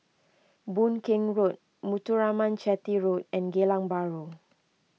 Boon Keng Road Muthuraman Chetty Road and Geylang Bahru